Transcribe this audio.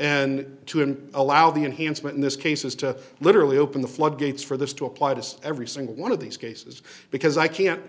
and to and allow the enhancement in this case is to literally open the floodgates for this to apply to every single one of these cases because i can't